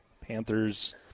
Panthers